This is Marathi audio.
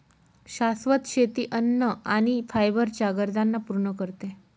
शाश्वत शेती अन्न आणि फायबर च्या गरजांना पूर्ण करते